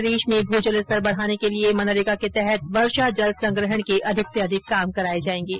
प्रदेश में भू जल स्तर बढाने के लिये मनरेगा के तहत वर्षाजल संग्रहण के अधिक से अधिक काम कराये जायेंगे